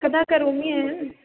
कदा करोमि अहं